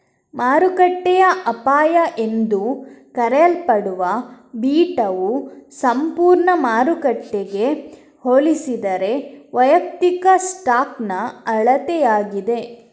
ಮಾರುಕಟ್ಟೆಯ ಅಪಾಯ ಎಂದೂ ಕರೆಯಲ್ಪಡುವ ಬೀಟಾವು ಸಂಪೂರ್ಣ ಮಾರುಕಟ್ಟೆಗೆ ಹೋಲಿಸಿದರೆ ವೈಯಕ್ತಿಕ ಸ್ಟಾಕ್ನ ಅಳತೆಯಾಗಿದೆ